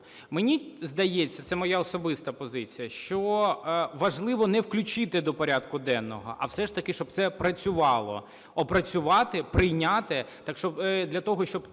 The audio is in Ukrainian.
Мені здається, це моя особиста позиція, що важливо не включити до порядку денного, а все ж таки, щоб це працювало. Опрацювати, прийняти для того, щоб